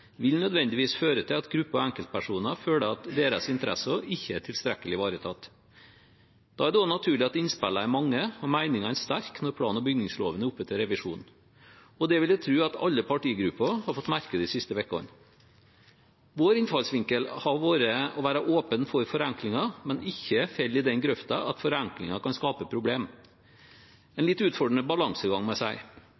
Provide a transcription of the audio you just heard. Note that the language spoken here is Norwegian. vil nødvendigvis føre til at grupper og enkeltpersoner føler at deres interesser ikke er tilstrekkelig ivaretatt. Da er det også naturlig at innspillene er mange og meningene sterke når plan- og bygningsloven er oppe til revisjon. Det vil jeg tro at alle partigrupper har fått merke de siste ukene. Vår innfallsvinkel har vært å være åpen for forenklinger, men at vi ikke faller i den grøften at forenklinger kan skape problemer – en